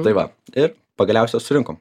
tai va ir pagaliausia surinkom